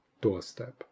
doorstep